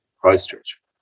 Christchurch